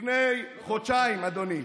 לפני חודשיים, אדוני,